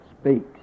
speaks